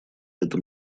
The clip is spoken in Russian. этом